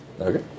Okay